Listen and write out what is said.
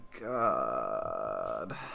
God